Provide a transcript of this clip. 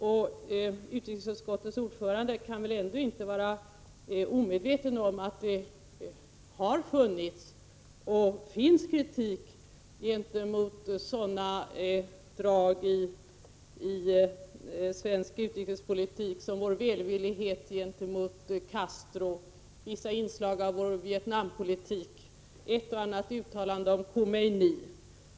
Utrikesutskottets ordförande kan väl ändå inte vara omedveten om att det har funnits och finns kritik gentemot sådana drag i svensk utrikespolitik som vår välvillighet gentemot Castro, vissa inslag i vår Vietnampolitik och ett och annat uttalande om Khomeini.